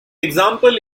example